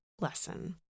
lesson